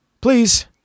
Please